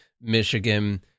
Michigan